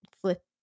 flip